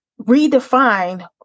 redefine